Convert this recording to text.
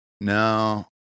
No